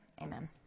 Amen